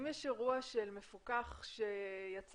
אם יש אירוע מפוקח שיצא